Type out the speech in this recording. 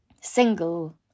single